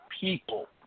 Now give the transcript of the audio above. people